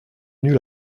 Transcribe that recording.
venus